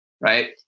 right